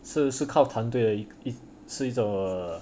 是是靠团队的一个 err